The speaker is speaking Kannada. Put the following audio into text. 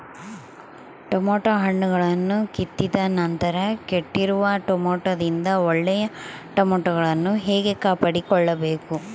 ಟೊಮೆಟೊ ಹಣ್ಣುಗಳನ್ನು ಕಿತ್ತಿದ ನಂತರ ಕೆಟ್ಟಿರುವ ಟೊಮೆಟೊದಿಂದ ಒಳ್ಳೆಯ ಟೊಮೆಟೊಗಳನ್ನು ಹೇಗೆ ಕಾಪಾಡಿಕೊಳ್ಳಬೇಕು?